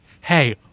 hey